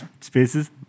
spaces